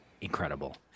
incredible